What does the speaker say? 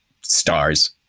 stars